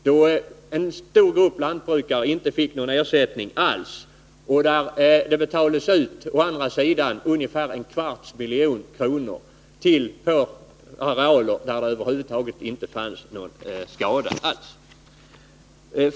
Då fick en stor grupp lantbrukare inte någon ersättning alls, medan det betalades ut en kvarts miljon för arealer där det inte fanns någon skada alls.